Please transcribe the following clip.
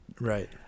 Right